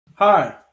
hi